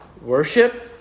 worship